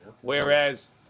Whereas